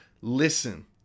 Listen